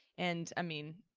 and i mean,